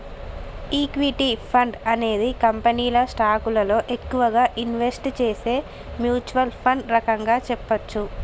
equity fund అనేది కంపెనీల స్టాకులలో ఎక్కువగా ఇన్వెస్ట్ చేసే మ్యూచ్వల్ ఫండ్ రకంగా చెప్పచ్చు